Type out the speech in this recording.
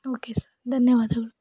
okay sir ಧನ್ಯವಾದಗಳು